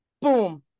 boom